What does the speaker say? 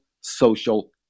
social